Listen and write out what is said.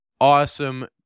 Awesome